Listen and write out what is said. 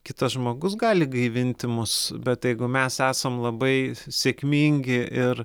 kitas žmogus gali gaivinti mus bet jeigu mes esam labai sėkmingi ir